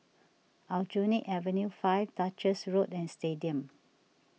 Aljunied Avenue five Duchess Road and Stadium